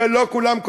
ולא כולם,